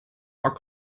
war